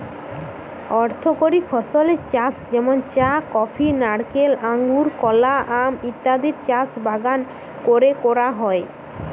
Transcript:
অর্থকরী ফসলের চাষ যেমন চা, কফি, নারকেল, আঙুর, কলা, আম ইত্যাদির চাষ বাগান কোরে করা হয়